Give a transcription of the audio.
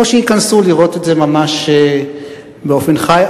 או שייכנסו לראות את זה ממש באופן חי.